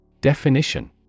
Definition